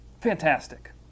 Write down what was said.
Fantastic